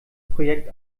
projekt